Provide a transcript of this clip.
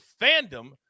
fandom